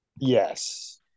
Yes